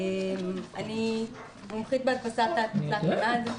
אני מומחית בהדפסת תלת ממד,